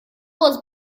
was